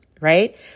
right